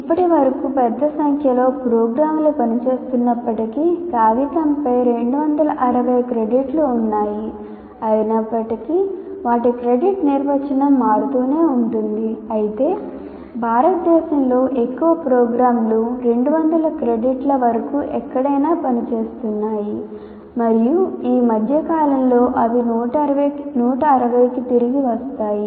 ఇప్పటివరకు పెద్ద సంఖ్యలో ప్రోగ్రామ్లు పనిచేస్తున్నప్పటికీ కాగితంపై 260 క్రెడిట్లు ఉన్నాయి అయినప్పటికీ వాటి క్రెడిట్ నిర్వచనం మారుతూనే ఉంటుంది అయితే భారతదేశంలో ఎక్కువ ప్రోగ్రామ్లు 200 క్రెడిట్ల వరకు ఎక్కడైనా పనిచేస్తున్నాయి మరియు ఈ మధ్య కాలంలో అవి 160 కి తిరిగి వస్తాయి